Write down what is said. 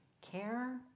care